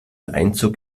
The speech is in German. einzug